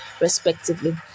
respectively